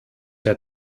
herr